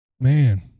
Man